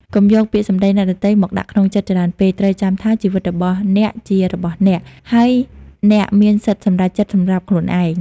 កុំយកពាក្យសម្តីអ្នកដទៃមកដាក់ក្នុងចិត្តច្រើនពេក ត្រូវចាំថា ជីវិតរបស់អ្នកជារបស់អ្នក ហើយអ្នកមានសិទ្ធិសម្រេចចិត្តសម្រាប់ខ្លួនឯង ។